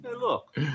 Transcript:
Look